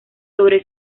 sobre